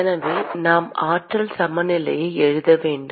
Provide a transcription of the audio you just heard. எனவே நாம் ஆற்றல் சமநிலையை எழுத வேண்டும்